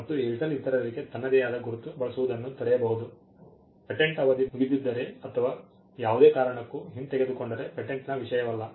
ಮತ್ತು ಏರ್ಟೆಲ್ ಇತರರಿಗೆ ತನ್ನದೇ ಆದ ಗುರುತು ಬಳಸುವುದನ್ನು ತಡೆಯಬಹುದು ಪೇಟೆಂಟ್ ಅವಧಿ ಮುಗಿದಿದ್ದರೆ ಅಥವಾ ಯಾವುದೇ ಕಾರಣಕ್ಕೂ ಹಿಂತೆಗೆದುಕೊಂಡರೆ ಪೇಟೆಂಟ್ನ ವಿಷಯವಲ್ಲ